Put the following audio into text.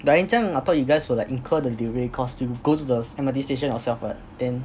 but then 这样 I thought you guys will incur the delivery cost you go to the M_R_T station yourself what then